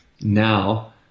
now